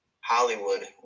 Hollywood